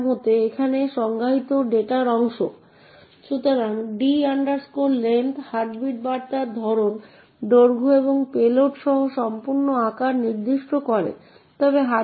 একইভাবে দ্বিতীয় x printf অনুমান করবে যে এটি স্ট্যাক থেকে তৃতীয় আর্গুমেন্ট হতে হবে এবং তাই 64 প্রিন্ট করা হবে